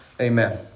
Amen